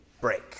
Break